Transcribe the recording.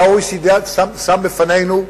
שה-OECD שם בפנינו,